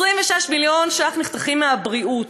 26 מיליון שקלים נחתכים מהבריאות,